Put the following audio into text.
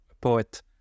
poet